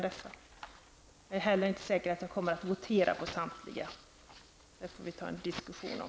Det är inte heller säkert att vi kommer att begära votering om samtliga. Det får vi ta en diskussion om.